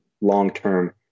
long-term